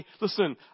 Listen